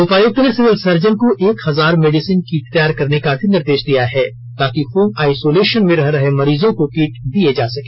उपायुक्त ने civil surgeon को एक हजार मेडिसिन किट तैयार करने का भी निर्देश दिया है ताकि होम आइसोलेशन में रह रहे मरीजों को किट दिये जा सके